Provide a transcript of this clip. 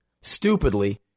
Stupidly